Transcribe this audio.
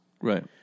Right